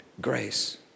grace